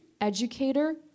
educator